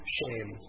shame